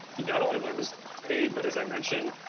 he not only learned his own trade, but as i mentioned,